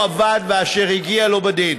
היושבת-ראש.